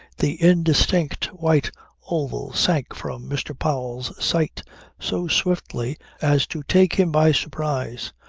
the indistinct white oval sank from mr. powell's sight so swiftly as to take him by surprise.